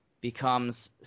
becomes